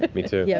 but me too. yeah